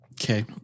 okay